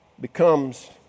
becomes